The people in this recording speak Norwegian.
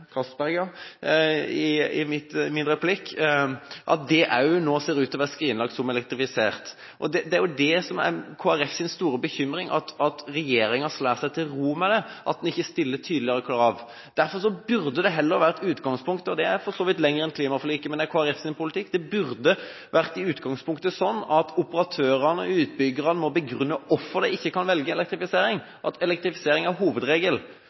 i min replikk at det ser ut til at man også vil skrinlegge å elektrifisere Johan Castberg-feltet. Det er det som er Kristelig Folkepartis store bekymring, at regjeringen slår seg til ro med det og ikke stiller tydeligere krav. Derfor burde heller utgangspunktet være at operatørene og utbyggerne må begrunne hvorfor de ikke kan velge elektrifisering, og at elektrifisering er hovedregelen. Det går for så vidt lenger enn klimaforliket, men det er Kristelig Folkepartis politikk. Jeg er helt enig i